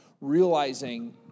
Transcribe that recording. realizing